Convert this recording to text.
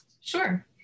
Sure